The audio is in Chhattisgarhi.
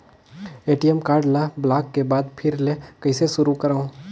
ए.टी.एम कारड ल ब्लाक के बाद फिर ले कइसे शुरू करव?